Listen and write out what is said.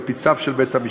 אלא על-פי צו של בית-משפט.